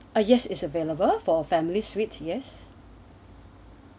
uh yes is available for family suite yes